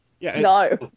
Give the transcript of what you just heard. No